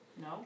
No